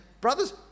brothers